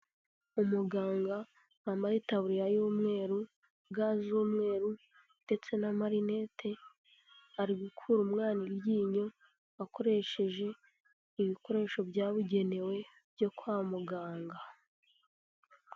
Umuganga wambaye itaburiya y'umweru, ga z'umweru ndetse na marinete ari gukura umwana iryinyo akoresheje ibikoresho byabugenewe byo kwa muganga.